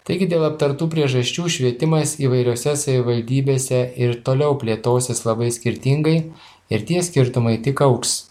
taigi dėl aptartų priežasčių švietimas įvairiose savivaldybėse ir toliau plėtosis labai skirtingai ir tie skirtumai tik augs